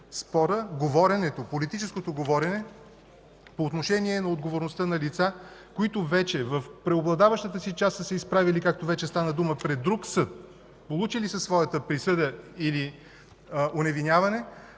спорът, политическото говорене по отношение на отговорността на лица, които вече в преобладаващата си част са се изправили, както вече стана дума, пред друг съд, получили са своята присъда или оневиняване